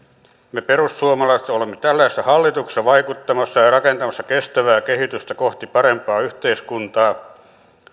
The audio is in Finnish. me perussuomalaiset olemme tällaisessa hallituksessa vaikuttamassa ja rakentamassa kestävää kehitystä kohti parempaa yhteiskuntaa